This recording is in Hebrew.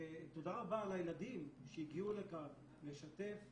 תודה רבה לילדים שהגיעו לכאן לשתף.